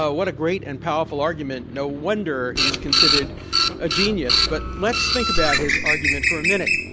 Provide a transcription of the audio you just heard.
ah what a great and powerful argument. no wonder he is considered a genius. but let's think about his argument for a minute.